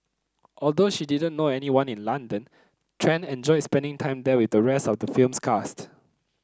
although she didn't know anyone in London Tran enjoyed spending time there with the rest of the film's cast